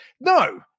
No